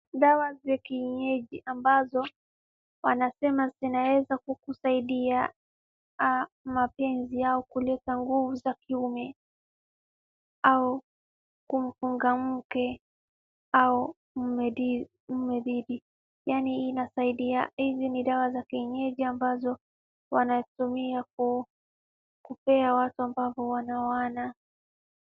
Dawa za kienyeji ambazo wanasema zinaweza kukusaidia au mapenzi au kuleta nguvu za kiume au kufunga mke au mume dhidi, yaani inasaidia, hizi ni dawa za kienyeji ambazo wanatumia ku kupea watu ambao hua wanaoana.